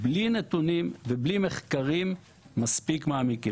בלי נתונים ובלי מחקרים מספיק מעמיקים.